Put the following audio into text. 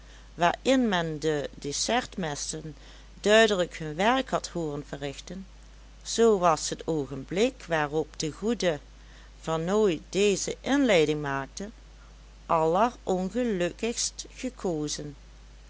waarin men de dessertmessen duidelijk hun werk had hooren verrichten zoo was het oogenblik waarop de goede vernooy deze inleiding maakte allerongelukkigst gekozen